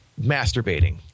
masturbating